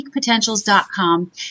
peakpotentials.com